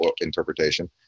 interpretation